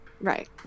Right